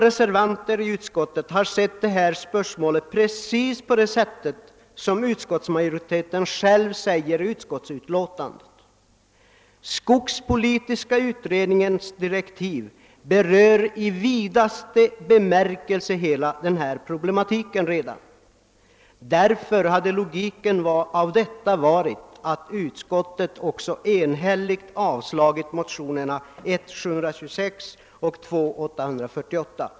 Reservanterna i utskottet har sett spörsmålet precis på det sätt utskottsmajoriteten givit uttryck åt. Skogspoli tiska utredningens direktiv berör i vidaste bemärkelse hela problematiken och därför hade det varit logiskt att utskottet enhälligt avstyrkt motionerna I: 726 och II: 848.